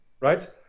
right